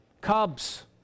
cubs